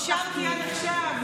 אני אשאר בשבילך, נשארתי עד עכשיו.